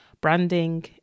branding